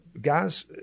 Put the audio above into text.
guys